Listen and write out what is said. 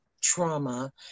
trauma